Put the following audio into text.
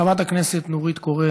חברת הכנסת נורית קורן,